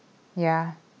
yeah